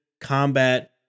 combat